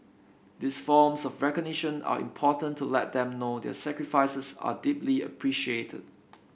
these forms of recognition are important to let them know their sacrifices are deeply appreciated